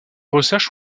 recherches